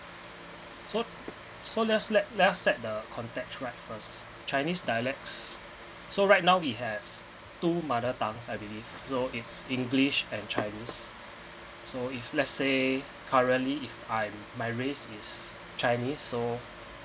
so so let's let let's set the contact right first chinese dialects so right now we have two mother tongues I believe so is english and chinese so if let's say currently if I'm my race is chinese so